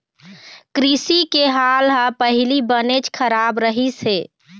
कृषि के हाल ह पहिली बनेच खराब रहिस हे